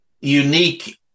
unique